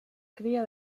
cria